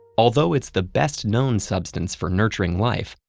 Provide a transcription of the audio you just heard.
although it's the best known substance for nurturing life,